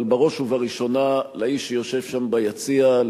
אבל בראש ובראשונה לאיש שיושב שם ביציע,